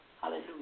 Hallelujah